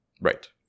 right